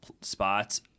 spots